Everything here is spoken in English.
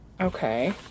Okay